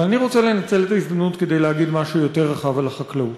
אבל אני רוצה לנצל את ההזדמנות כדי להגיד משהו יותר רחב על החקלאות.